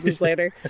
later